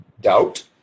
Doubt